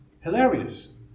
hilarious